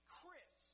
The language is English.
Chris